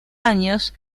años